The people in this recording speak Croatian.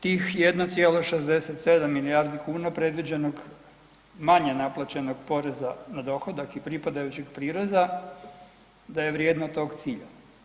Tih 1,67 milijardi kuna predviđenog manje naplaćenog poreza na dohodak i pripadajućeg prireza da je vrijedno tog cilja.